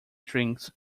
drinks